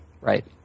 Right